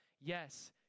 Yes